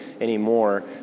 anymore